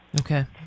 Okay